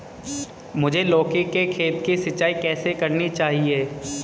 मुझे लौकी के खेत की सिंचाई कैसे करनी चाहिए?